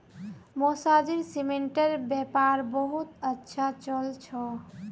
मौसाजीर सीमेंटेर व्यापार बहुत अच्छा चल छ